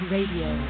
Radio